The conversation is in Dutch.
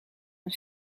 een